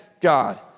God